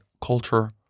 culture